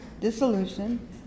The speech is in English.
dissolution